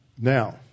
Now